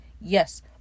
Yes